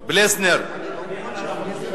פלֶסנר, פלֶסנר.